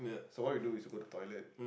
so what we do is we go to the toilet